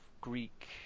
Greek